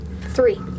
Three